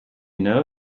know